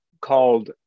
called